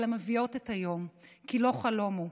אלא מביאות את היום כי לא חלום הוא,